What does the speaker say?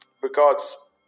regards